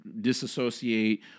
disassociate